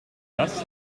das